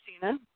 Cena